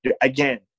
again